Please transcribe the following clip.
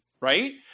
right